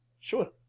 Sure